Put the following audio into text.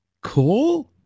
Cool